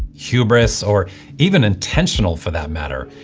hubris or even intentional for that matter,